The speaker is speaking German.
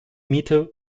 miete